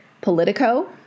Politico